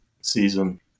season